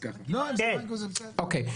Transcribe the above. --- אוקי.